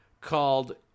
called